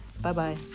Bye-bye